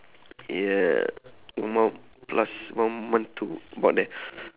yeah one month plus one month to about there